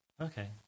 Okay